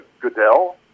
Goodell